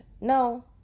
no